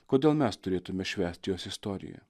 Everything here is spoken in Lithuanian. kodėl mes turėtume švęsti jos istoriją